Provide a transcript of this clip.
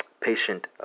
patient